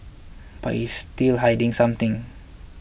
but he's still hiding something